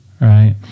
right